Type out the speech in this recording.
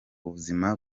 ubuzima